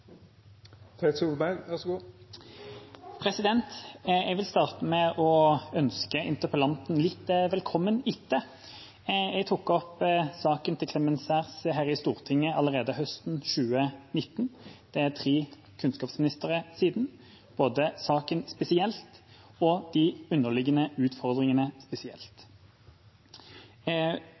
Jeg vil starte med å ønske interpellanten velkommen etter. Jeg tok opp saken til Clemens Saers her i Stortinget allerede høsten 2019 – det er tre kunnskapsministre siden – både saken spesielt og de underliggende utfordringene.